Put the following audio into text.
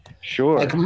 Sure